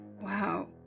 Wow